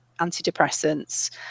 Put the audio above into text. antidepressants